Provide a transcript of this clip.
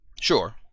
Sure